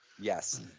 Yes